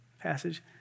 passage